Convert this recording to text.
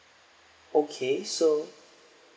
okay so